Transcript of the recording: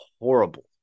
horrible